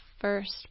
first